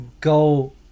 go